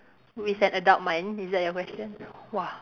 with an adult mind is that your question !wah!